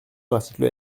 l’article